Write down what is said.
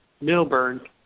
Milburn